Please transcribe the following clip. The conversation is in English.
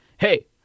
Hey